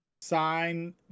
sign